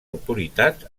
autoritats